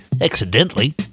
accidentally